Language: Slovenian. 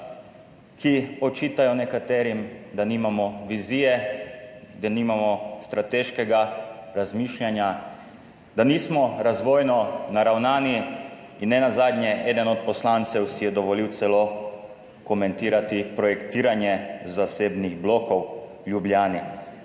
očitajo, da nimamo vizije, da nimamo strateškega razmišljanja, da nismo razvojno naravnani in nenazadnje si je eden od poslancev dovolil celo komentirati projektiranje zasebnih blokov v Ljubljani.